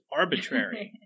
arbitrary